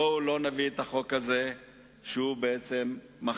בואו לא נביא את החוק הזה, שהוא בעצם מחטף.